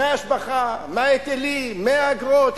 מההשבחה, מההיטלים, מהאגרות.